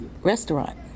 restaurant